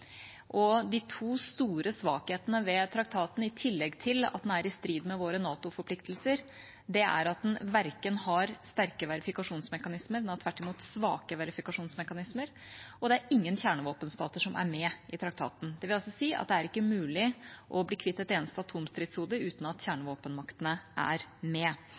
og de to store svakhetene ved traktaten, i tillegg til at den er i strid med våre NATO-forpliktelser, er at den ikke har sterke verifikasjonsmekanismer – den har tvert imot svake verifikasjonsmekanismer – og det er ingen kjernevåpenstater som er med i traktaten. Det vil altså si at det ikke er mulig å bli kvitt et eneste atomstridshode, uten at kjernevåpenmaktene er med.